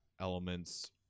elements